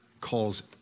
calls